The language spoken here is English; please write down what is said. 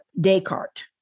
descartes